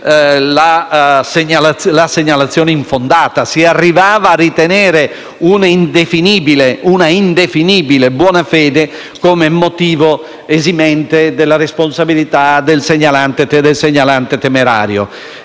la segnalazione infondata: si arrivava a ritenere una indefinibile buona fede come motivo esimente della responsabilità del segnalante temerario